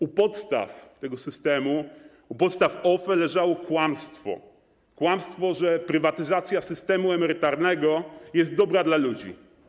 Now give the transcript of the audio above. U podstaw tego systemu, u podstaw OFE leżało kłamstwo, według którego prywatyzacja systemu emerytalnego jest dobra dla ludzi.